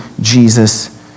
Jesus